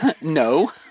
no